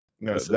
No